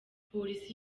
polisi